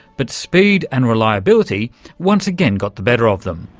but speed and reliability once again got the better of them.